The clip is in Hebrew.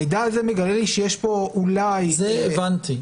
המידע הזה מגלה לי שיש פה אולי -- זה הבנתי.